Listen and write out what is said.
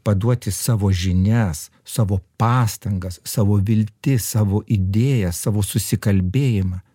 paduoti savo žinias savo pastangas savo viltis savo idėjas savo susikalbėjimą